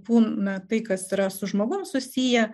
būna tai kas yra su žmogum susiję